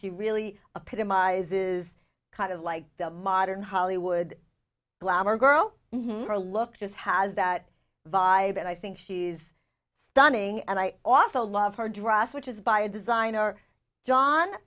she really appeared in my eyes is kind of like a modern hollywood glamour girl or look just has that vibe and i think she's stunning and i also love her dress which is by a designer john